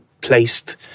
placed